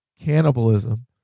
cannibalism